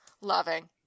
loving